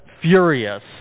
furious